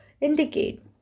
indicate